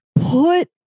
put